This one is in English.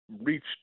reached